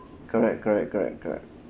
correct correct correct correct